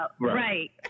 right